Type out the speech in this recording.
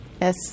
Yes